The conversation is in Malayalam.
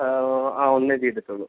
ആ ഒന്നേ ചെയ്തിട്ടുള്ളു